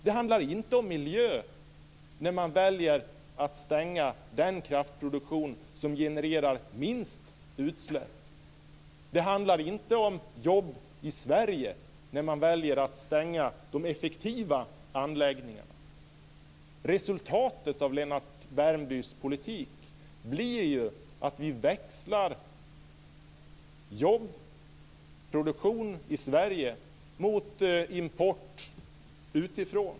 Det handlar inte om miljö när man väljer att stänga den kraftproduktion som genererar minst utsläpp. Det handlar inte om jobb i Sverige när man väljer att stänga de effektiva anläggningarna. Resultatet av Lennart Värmbys politik blir att vi växlar jobb och produktion i Sverige mot import utifrån.